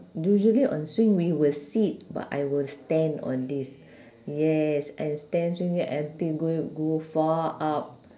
usually on swing we will sit but I will stand on this yes and stand swinging until going to go far up